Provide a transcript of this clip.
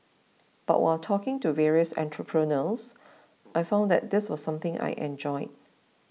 but while talking to various entrepreneurs I found that this was something I enjoyed